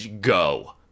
Go